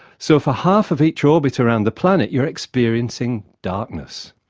so for half of each orbit around the planet, you're experiencing darkness.